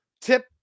tip